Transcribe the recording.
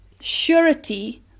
surety